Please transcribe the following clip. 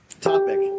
topic